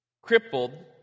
crippled